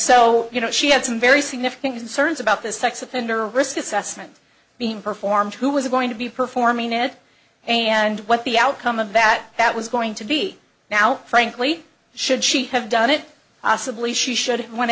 so you know she had some very significant concerns about this sex offender risk assessment being performed who was going to be performing it and what the outcome of that that was going to be now frankly should she have done it possibly she should have went